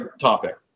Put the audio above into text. topic